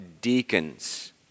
deacons